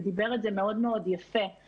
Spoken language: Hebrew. ודיבר על זה מאוד מאוד יפה.